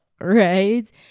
right